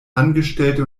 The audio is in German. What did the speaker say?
angestellte